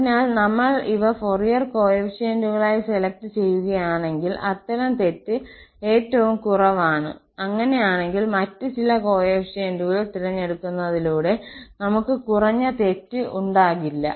അതിനാൽ നമ്മൾ ഇവ ഫൊറിയർ കോഎഫിഷ്യന്റുകളായി സെലക്ട് ചെയ്യുകയാണെങ്കിൽ അത്തരം തെറ്റ് ഏറ്റവും കുറവാണ് അങ്ങനെയാണെങ്കിൽ മറ്റ് ചില കോഎഫിഷ്യന്റുകൾ തിരഞ്ഞെടുക്കുന്നതിലൂടെ നമുക്ക് കുറഞ്ഞ തെറ്റ് ഉണ്ടാകില്ല